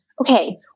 Okay